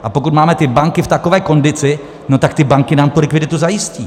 A pokud máme ty banky v takové kondici, no tak ty banky nám tu likviditu zajistí.